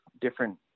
different